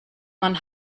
man